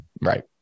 right